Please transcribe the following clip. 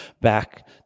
back